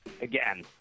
Again